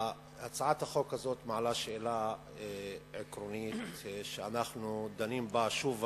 הצעת החוק הזאת מעלה שאלה עקרונית שאנחנו דנים בה שוב ושוב.